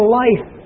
life